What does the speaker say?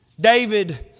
David